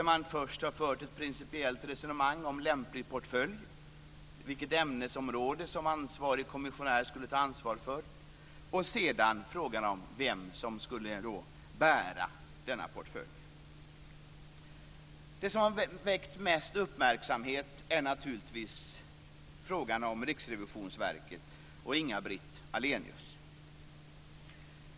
Man förde först ett principiellt resonemang om lämplig portfölj, dvs. vilket ämnesområde som ansvarig kommissionär skulle ta ansvar för, och sedan om frågan om vem som skulle bära denna portfölj. Det som har väckt mest uppmärksamhet är naturligtvis frågan om Riksrevisionsverket och Inga-Britt Ahlenius.